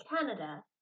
Canada